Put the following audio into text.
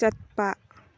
ꯆꯠꯄ